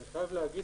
אני חייב להגיד